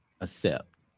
accept